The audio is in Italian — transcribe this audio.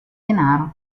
denaro